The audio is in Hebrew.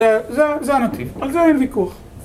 זה הנתיב, על זה אין וויכוח.